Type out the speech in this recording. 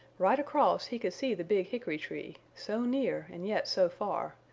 right across he could see the big hickory tree, so near and yet so far,